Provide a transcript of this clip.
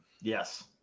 Yes